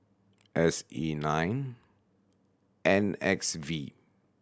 S E nine N X V